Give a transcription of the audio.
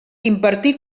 impartí